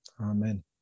Amen